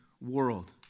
world